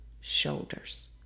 shoulders